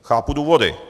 Chápu důvody.